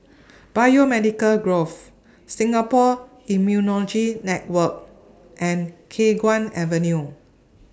Biomedical Grove Singapore Immunology Network and Khiang Guan Avenue